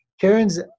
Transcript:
Karen's